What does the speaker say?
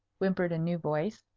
whimpered a new voice.